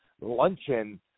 luncheon